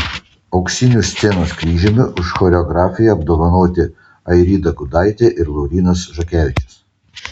auksiniu scenos kryžiumi už choreografiją apdovanoti airida gudaitė ir laurynas žakevičius